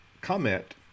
comment